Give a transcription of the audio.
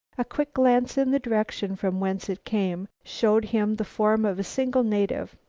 a quick glance in the direction from whence it came showed him the form of a single native.